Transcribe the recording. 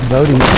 Voting